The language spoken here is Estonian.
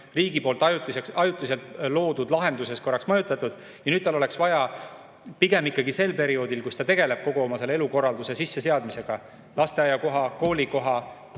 mingis ajutises, riigi ajutiselt loodud lahenduses korraks majutatud ja nüüd tal oleks vaja pigem ikkagi sel perioodil, kui ta tegeleb kogu oma elukorralduse sisseseadmisega, lasteaiakoha, koolikoha,